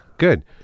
Good